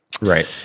Right